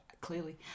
clearly